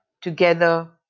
together